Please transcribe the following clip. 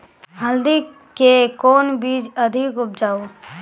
हल्दी के कौन बीज अधिक उपजाऊ?